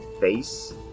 face